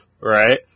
right